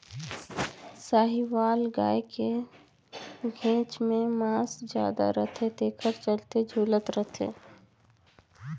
साहीवाल गाय के घेंच में मांस जादा रथे तेखर चलते झूलत रथे